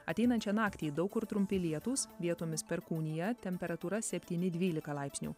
ateinančią naktį daug kur trumpi lietūs vietomis perkūnija temperatūra septyni dvylika laipsnių